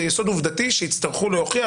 זה יסוד עובדתי שיצטרכו להוכיח,